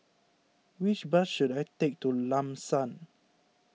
which bus should I take to Lam San